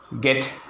get